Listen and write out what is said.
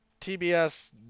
TBS